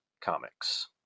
Comics